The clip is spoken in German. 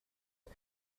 nur